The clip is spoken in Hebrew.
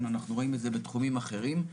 אנחנו רואים את זה בתחומים אחרים.